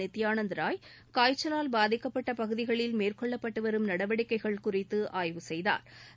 நித்யானந் ராய் காய்ச்சலால் பாதிக்கப்பட்ட பகுதிகளில் மேற்கொள்ளப்பட்டு வரும் நடவடிக்கைகள் குறித்து ஆய்வு செய்தாா்